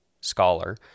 scholar